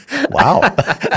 Wow